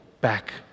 back